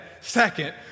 second